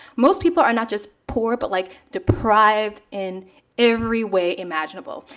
most people are not just poor, but like deprived in every way imaginable.